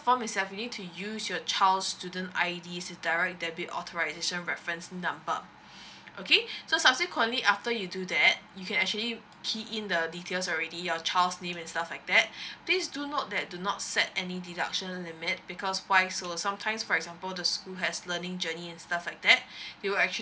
form is that you need to use your child's student I_D direct debit authorisation reference number okay so subsequently after you do that you can actually key in the details already your child's name and stuff like that please do note that do not set any deduction limit because why so sometimes for example the school has learning journey and stuff like that they'll actually